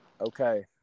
Okay